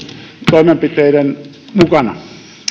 toimenpiteiden mukana